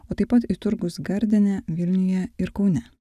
o taip pat į turgus gardine vilniuje ir kaune